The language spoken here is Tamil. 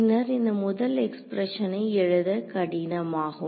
பின்னர் இந்த முதல் எக்ஸ்பிரக்ஷனை எழுத கடினமாகும்